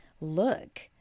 look